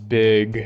big